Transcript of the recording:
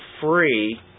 free